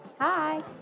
Hi